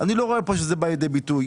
לא רואה פה שזה בא לידי ביטוי.